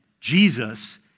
Jesus